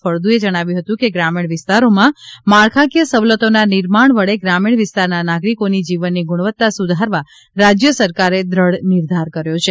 ફળદુંએ જણાવ્યું હતું કે ગ્રામીણ વિસ્તારોમાં માળખાકીય સવલતોના નિર્માણ વડે ગ્રામીણ વિસ્તારના નાગરિકોની જીવનની ગુણવત્તા સુધારવા રાજ્ય સરકારે દેઢ નિર્ધાર કર્યો છે